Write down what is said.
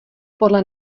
podle